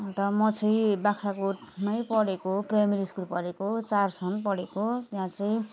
अन्त म चाहिँ बाख्राकोटमै पढेको हो प्राइमेरी स्कुल पढेको चारसम्म पढेको त्यहाँ चाहिँ